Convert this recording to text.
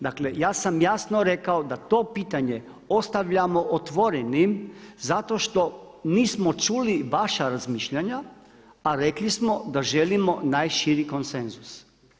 Dakle ja sam jasno rekao da to pitanje ostavljamo otvorenim zato što nismo čuli vaša razmišljanja a rekli smo da želimo najširi konsenzus.